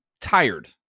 tired